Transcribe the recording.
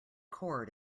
cord